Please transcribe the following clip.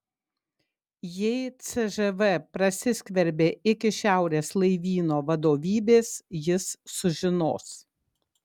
jei cžv prasiskverbė iki šiaurės laivyno vadovybės jis sužinos